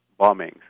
bombings